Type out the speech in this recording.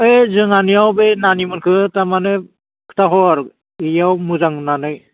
बोइ जोंहानियाव बे नानिमोनखो थारमानि खोथाहर इयाव मोजां होन्नानै